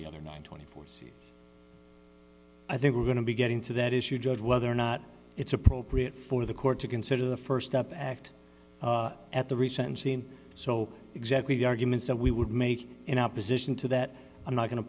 the other nine hundred and twenty four c i think we're going to be getting to that issue judge whether or not it's appropriate for the court to consider the st up act at the recent scene so exactly the arguments that we would make in opposition to that i'm not going to